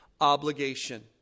obligation